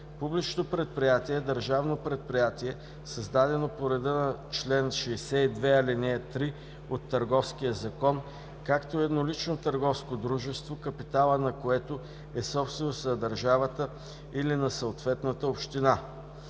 „Публично предприятие“ е държавно предприятие, създадено по реда на чл. 62, ал. 3 от Търговския закон, както и еднолично търговско дружество, капиталът на което е собственост на държавата или на съответната община.